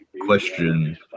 question